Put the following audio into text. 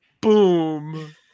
boom